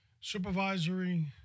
Supervisory